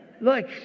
Look